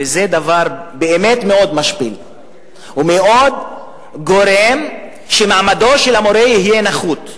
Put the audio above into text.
וזה דבר באמת מאוד משפיל וגורם לכך שמעמדו של המורה יהיה נחות.